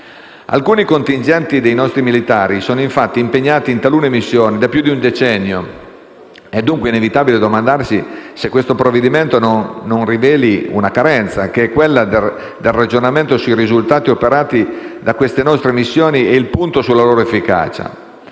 Alcuni contingenti dei nostri militari sono impegnati in talune missioni da più di un decennio. È, dunque, inevitabile domandarsi se questo provvedimento non riveli una carenza, che è quella del ragionamento sui risultati operati dalle nostre missioni e il punto sulla loro efficacia.